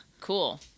Cool